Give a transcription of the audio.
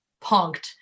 punked